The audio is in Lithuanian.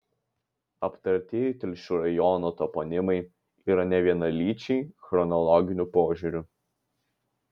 aptartieji telšių rajono toponimai yra nevienalyčiai chronologiniu požiūriu